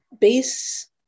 base